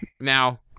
Now